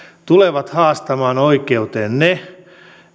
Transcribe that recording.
tulevat haastamaan oikeuteen ne